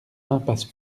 impasse